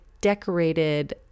decorated